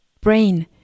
brain